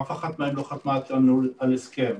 אף אחת מהן לא חתמה איתנו על הסכם,